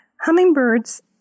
Hummingbirds